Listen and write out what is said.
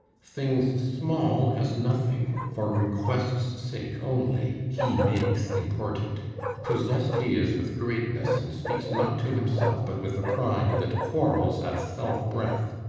things small as nothing, for request's sake only, he makes important possess'd he is with greatness, and speaks not to himself but with a pride that quarrels at self-breath.